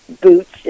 boots